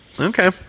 Okay